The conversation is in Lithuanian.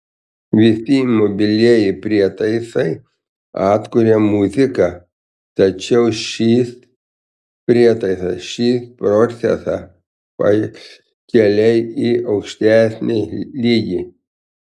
visi mobilieji prietaisai atkuria muziką tačiau šis prietaisas šį procesą pakelia į aukštesnį lygį